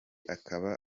akaba